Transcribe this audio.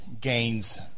gains